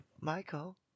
Michael